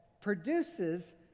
produces